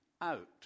out